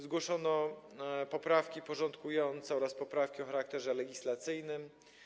Zgłoszono poprawki porządkujące oraz poprawki o charakterze legislacyjnym.